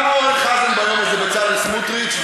גם אורן חזן ביום הזה בצלאל סמוּטריץ,